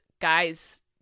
guys